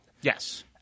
Yes